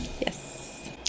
Yes